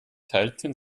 teilten